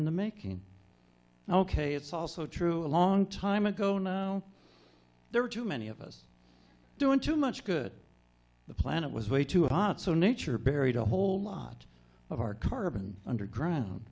in the making ok it's also true a long time ago no there were too many of us doing too much good the planet was way too hot so nature buried a whole lot of our carbon underground